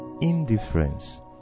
indifference